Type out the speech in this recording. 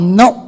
no